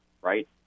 right